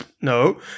no